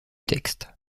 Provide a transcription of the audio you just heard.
textes